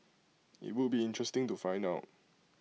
IT would be interesting to find out